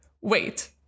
Wait